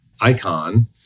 ICON